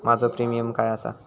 माझो प्रीमियम काय आसा?